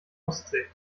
ostsee